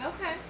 okay